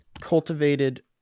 cultivated